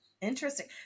Interesting